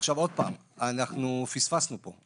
עוד פעם, אנחנו פספסנו פה.